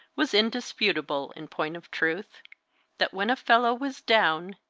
was indisputable in point of truth that when a fellow was down,